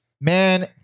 man